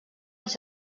els